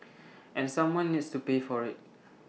and someone needs to pay for IT